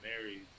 married